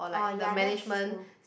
orh ya that's true